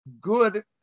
good